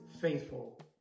faithful